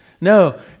no